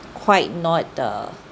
quite not uh